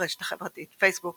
ברשת החברתית פייסבוק